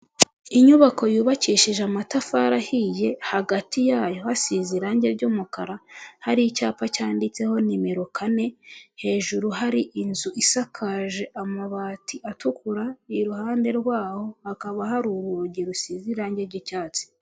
Inyubako yubakishije amatafari ahiye hagati yayo hasize irangi ry'mukara, hari icyapa cyanditseho nimero kane hejuru hari inzu isakaje amabati atukura iruhande rwaho hakaba hari urugi rusize irangi ry'icyatsi.